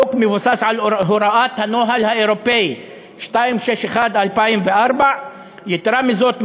החוק מבוסס על הוראת הנוהל האירופי 261/2004. יתרה מזאת,